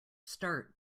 start